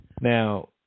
Now